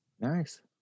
Nice